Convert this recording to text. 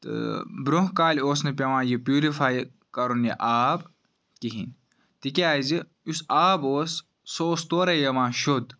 تہٕ برونٛہہ کالہِ اوس نہٕ پیٚوان یہٕ پیورِفاے کَرُن یہِ آب کِہیٖنۍ تکیازِ یُس آب اوس سہُ اوس تورے یِوان شوٚد